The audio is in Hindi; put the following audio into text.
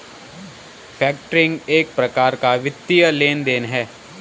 फैक्टरिंग एक प्रकार का वित्तीय लेन देन है